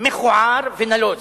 מכוער ונלוז,